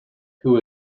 who